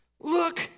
Look